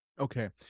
Okay